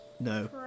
No